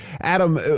Adam